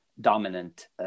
dominant